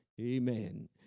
Amen